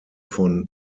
von